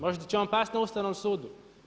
Možda će on pasti na Ustavnom sudu.